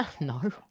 No